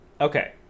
okay